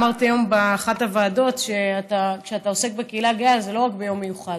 אמרתי היום באחת הוועדות שכשאתה עוסק בקהילה הגאה זה לא רק ביום מיוחד,